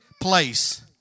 place